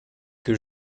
que